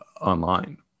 online